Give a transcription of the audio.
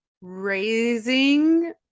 raising